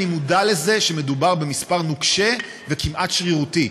אני מודע לזה שמדובר במספר נוקשה וכמעט שרירותי.